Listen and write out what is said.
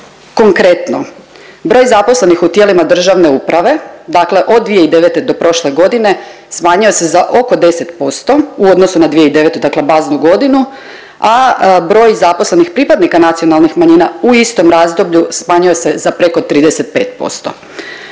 konkretno broj zaposlenih u tijelima državne uprave, dakle od 2009. do prošle godine smanjio se za oko 10% u odnosu na 2009., dakle baznu godinu, a broj zaposlenih pripadnika nacionalnih manjina u istom razdoblju smanjio se za preko 35%.